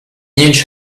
huge